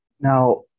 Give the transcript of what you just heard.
Now